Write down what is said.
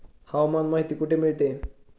हवामान माहिती कुठे मिळते?